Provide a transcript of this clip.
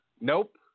Nope